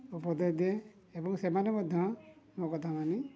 ଉପଦେଶ ଦିଏ ଏବଂ ସେମାନେ ମଧ୍ୟ ମୋ କଥା ମାନି